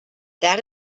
this